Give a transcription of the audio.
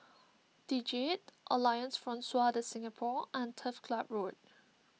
the Jade Alliance Francaise De Singapour and Turf Club Road